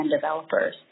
developers